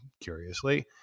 curiously